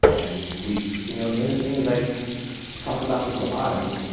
and if we you know the other thing is, i i talk about this a lot. i mean,